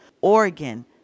Oregon